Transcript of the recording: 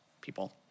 people